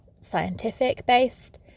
scientific-based